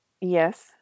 yes